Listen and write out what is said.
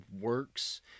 works